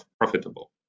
profitable